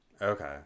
Okay